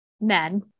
Men